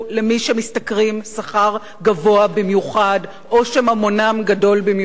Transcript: שמשתכרים שכר גבוה במיוחד או שממונם גדול במיוחד.